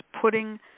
putting